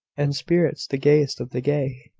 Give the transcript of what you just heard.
and spirits the gayest of the gay.